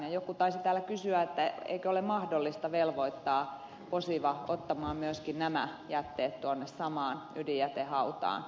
joku taisi täällä kysyä eikö ole mahdollista velvoittaa posiva ottamaan myöskin nämä jätteet tuonne samaan ydinjätehautaan